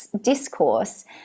discourse